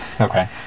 Okay